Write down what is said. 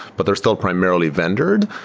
but they're still primarily vendored.